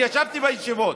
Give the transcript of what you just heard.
אני ישבתי בישיבות,